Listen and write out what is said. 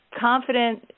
confident